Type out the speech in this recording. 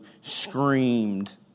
screamed